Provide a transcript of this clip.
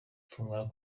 fungura